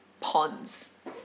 ponds